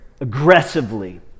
aggressively